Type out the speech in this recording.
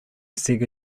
sega